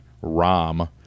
Rom